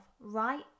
right